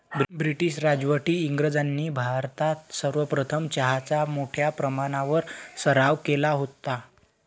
British राजवटीत इंग्रजांनी भारतात सर्वप्रथम चहाचा मोठ्या प्रमाणावर सराव केला होता